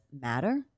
matter